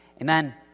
Amen